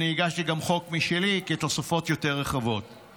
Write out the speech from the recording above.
הגשתי גם חוק משלי עם תוספות רחבות יותר.